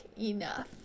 enough